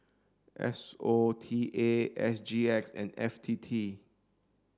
S O T A S G X and F T T